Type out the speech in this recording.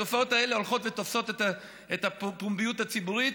התופעות האלה הולכות ותופסות את הפומביות הציבורית,